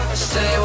stay